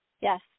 Yes